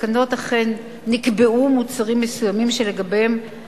בתקנות אכן נקבעו מוצרים מסוימים שלגביהם